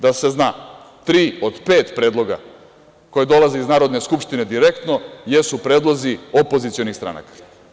Da se zna, tri od pet predloga koje dolaze iz Narodne skupštine direktno jesu predlozi opozicionih stranaka.